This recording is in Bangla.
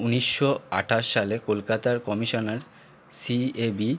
উনিশশো আঠাশ সালে কলকাতার কমিশনার সিএবি